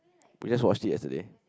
we just watched it yesterday